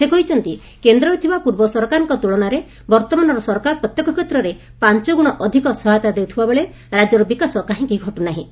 ସେ କହିଛନ୍ତି ଯେ କେନ୍ଦରେ ଥିବା ପୂର୍ବ ସରକାରଙ୍କ ତୁଳନାରେ ବର୍ତ୍ତମାନର ସରକାର ପ୍ରତ୍ୟେକ ଷେତ୍ରରେ ପାଞଗୁଣ ଅଧିକ ସହାୟତା ଦେଉଥିବା ବେଳେ ରାଜ୍ୟର ବିକାଶ କାହିଁକି ଘଟୁନାହିଁ